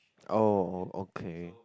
oh oh okay